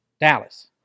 dallas